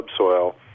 subsoil